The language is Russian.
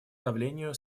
давлению